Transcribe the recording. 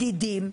מדידים,